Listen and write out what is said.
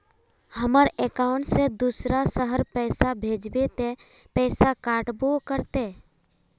हमर अकाउंट से दूसरा शहर पैसा भेजबे ते पैसा कटबो करते?